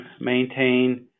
maintain